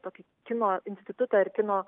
tokį kino institutą ar kino